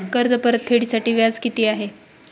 कर्ज परतफेडीसाठी व्याज किती आहे?